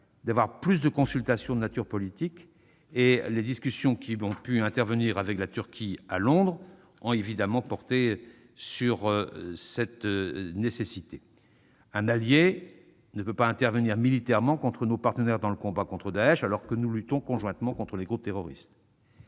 davantage de consultations de nature politique. Les discussions avec la Turquie qui ont pu se tenir à Londres ont évidemment porté sur cette nécessaire coordination. Un allié ne peut pas intervenir militairement contre nos partenaires dans le combat contre Daech, alors même que nous luttons conjointement contre les groupes terroristes.